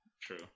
true